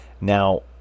Now